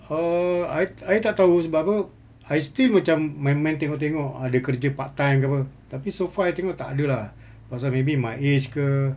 err I I tak tahu sebab apa I still macam main main tengok tengok ada kerja part time ke apa tapi so far I tengok tak ada lah pasal maybe my age ke